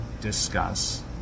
discuss